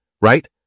right